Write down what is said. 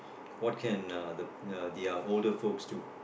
what can uh the the their older folks do